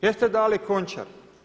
Jeste dali Končar?